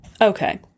Okay